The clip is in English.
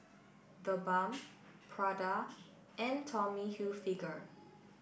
the Balm Prada and Tommy Hilfiger